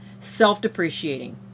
Self-depreciating